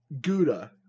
gouda